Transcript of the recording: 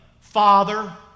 father